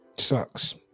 sucks